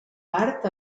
part